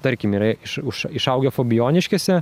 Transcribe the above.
tarkim yra iš už išaugę fabijoniškėse